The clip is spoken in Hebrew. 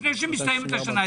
לפני שמסתיימת השנה,